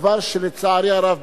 דבר שלצערי הרב,